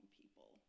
people